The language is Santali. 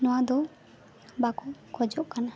ᱱᱚᱣᱟ ᱫᱚ ᱵᱟᱠᱚ ᱠᱷᱚᱡᱚᱜ ᱠᱟᱱᱟ